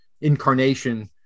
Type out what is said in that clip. incarnation